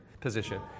position